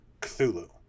cthulhu